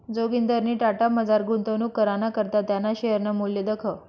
जोगिंदरनी टाटामझार गुंतवणूक कराना करता त्याना शेअरनं मूल्य दखं